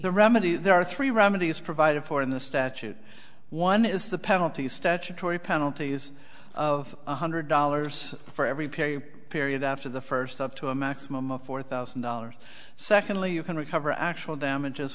the remedy there are three remedies provided for in the statute one is the penalty statutory penalties of one hundred dollars for every parry period after the first up to a maximum of four thousand dollars secondly you can recover actual damages